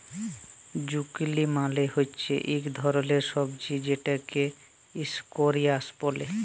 zucchini মালে হচ্যে ইক ধরলের সবজি যেটকে ইসকোয়াস ব্যলে